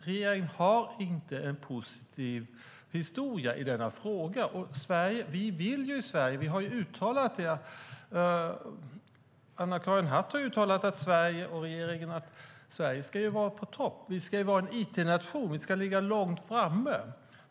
Regeringen har inte en positiv historia i frågan. Anna-Karin Hatt och regeringen har uttalat att Sverige ska vara på topp. Vi ska vara en it-nation och ligga långt framme.